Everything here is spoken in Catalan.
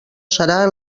serà